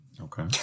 Okay